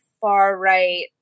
far-right